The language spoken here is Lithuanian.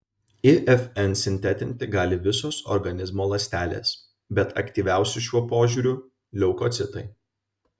ifn sintetinti gali visos organizmo ląstelės bet aktyviausi šiuo požiūriu leukocitai